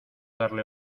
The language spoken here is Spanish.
darle